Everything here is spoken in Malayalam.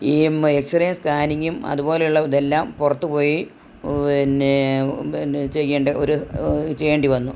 ഈ എക്സറേം സ്കാനിങ്ങും അതുപോലുള്ളതെല്ലാം പുറത്ത് പോയി പിന്നെ ചെയ്യേണ്ട ഒരു ചെയ്യേണ്ടി വന്നു